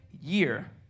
year